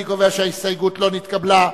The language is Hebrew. אני קובע שההסתייגות לא נתקבלה.